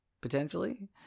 potentially